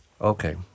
Okay